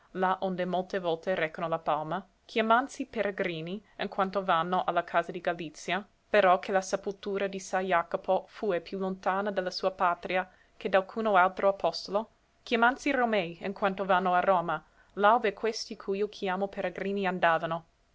onde molte volte recano la palma chiamansi peregrini in quanto vanno a la casa di galizia però che la sepultura di sa iacopo fue più lontana de la sua patria che d'alcuno altro apostolo chiamansi romei in quanto vanno a roma là ove questi cu io chiamo peregrini andavano